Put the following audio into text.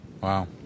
Wow